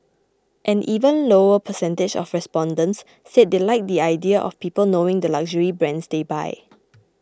an even lower percentage of respondents said they like the idea of people knowing the luxury brands they buy